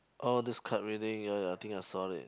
oh this card reading ya ya I think I saw it